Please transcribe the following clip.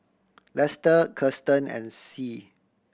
Lester Kirsten and Sie